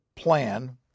Plan